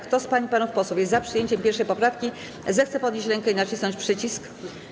Kto z pań i panów posłów jest za przyjęciem 1. poprawki, zechce podnieść rękę i nacisnąć przycisk.